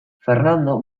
fernando